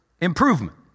improvement